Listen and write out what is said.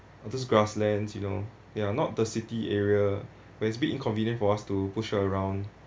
just grasslands you know ya not the city area where it's a bit inconvenient for us to push her around